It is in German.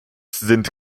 sind